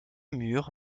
mur